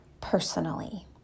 personally